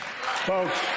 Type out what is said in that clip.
Folks